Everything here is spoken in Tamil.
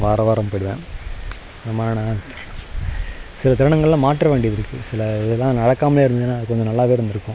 வாரம் வாரம் போயிடுவேன் அது மாதிரியான சில தருணங்களில் மாற்ற வேண்டியதிருக்குது சில இதெல்லாம் நடக்காமலே இருந்ததுன்னால் அது கொஞ்சம் நல்லாவே இருந்திருக்கும்